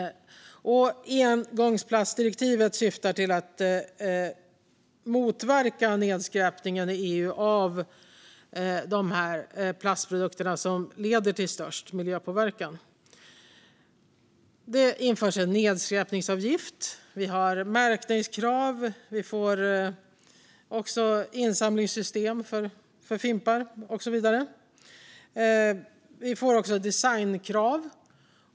Engångsplastdirektivet syftar till att motverka nedskräpningen i EU av de här plastprodukterna som leder till störst miljöpåverkan. Det införs en nedskräpningsavgift, det blir märkningskrav, vi får ett insamlingssystem för fimpar och så vidare. Vi får också designkrav.